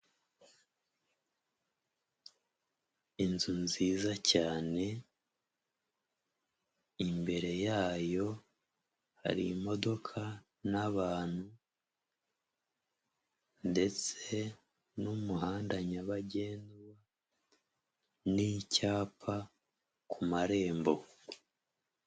Inzu nziza cyane imbere yayo hari imodoka n'abantu ndetse n'umuhanda nyabagendwa n'icyapa ku marembo.